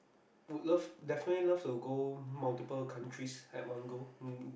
would love definitely love to go multiple countries at one goal um